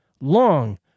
long